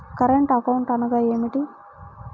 Current account అనగా ఏమిటి?